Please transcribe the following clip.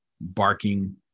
barking